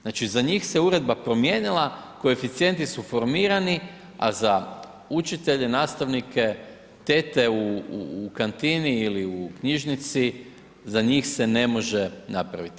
Znači za njih se uredba promijenila, koeficijenti su formirani, a za učitelje, nastavnike, tete u kantini ili u knjižnici, za njih se ne može napraviti.